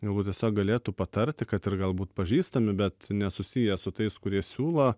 galbūt tiesiog galėtų patarti kad ir galbūt pažįstami bet nesusiję su tais kurie siūlo